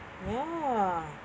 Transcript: ya